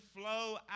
flow